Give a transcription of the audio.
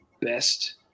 best